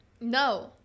No